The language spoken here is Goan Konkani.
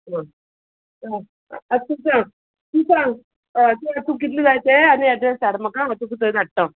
आ आ आ तूं सांग तूं सांग अ तूं तूं कितल जाय ते आनी एड्रॅस धाड म्हाका हांव तुकां थंय धाट्टा